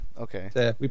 Okay